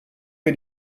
mir